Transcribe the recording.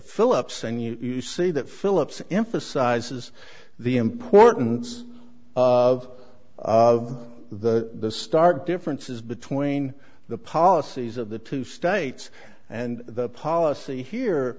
philips and you see that phillips emphasizes the importance of the stark differences between the policies of the two states and the policy here